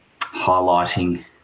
highlighting